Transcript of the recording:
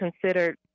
considered